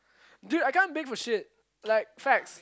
dude I can't bake for shit like facts